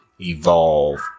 evolve